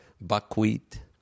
buckwheat